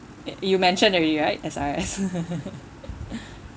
you mentioned already right S_R_S